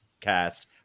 cast